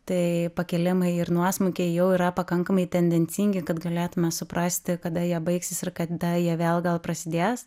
tai pakilimai ir nuosmukiai jau yra pakankamai tendencingi kad galėtumėme suprasti kada jie baigsis ir kada jie vėl gal prasidės